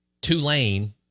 Tulane